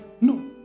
No